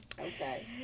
Okay